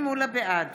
בעד